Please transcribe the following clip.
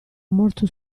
morto